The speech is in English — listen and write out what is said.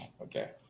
okay